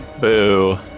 Boo